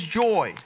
joy